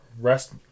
rest